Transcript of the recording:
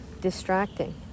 distracting